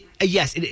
Yes